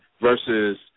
versus